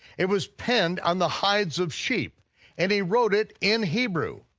it was penned on the hides of sheep and he wrote it in hebrew.